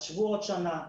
אז שבו עוד שנה,